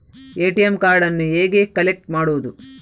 ATM ಕಾರ್ಡನ್ನು ಹೇಗೆ collect ಮಾಡುವುದು?